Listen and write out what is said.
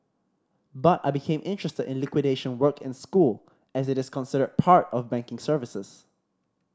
but I became interested in liquidation work in school as it is considered part of banking services